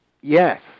Yes